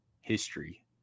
history